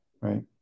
right